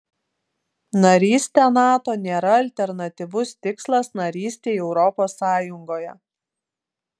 narystė nato nėra alternatyvus tikslas narystei europos sąjungoje